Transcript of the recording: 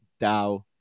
DAO